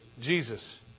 Jesus